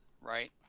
Right